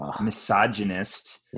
misogynist